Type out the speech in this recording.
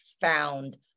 found